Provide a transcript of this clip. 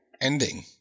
ending